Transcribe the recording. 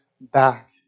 back